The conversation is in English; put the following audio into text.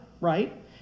right